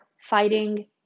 fighting